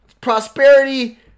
prosperity